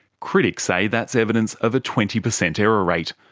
critics say that's evidence of a twenty percent error rate,